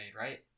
right